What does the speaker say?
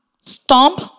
stomp